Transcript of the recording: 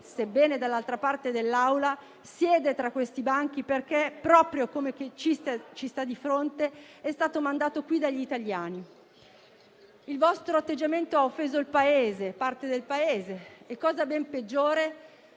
sebbene dall'altra parte dell'Aula - siede tra questi banchi perché, proprio come chi ci sta di sta di fronte, ci è stato mandato dagli italiani. Il vostro atteggiamento ha offeso parte del Paese e - cosa ben peggiore